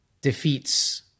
defeats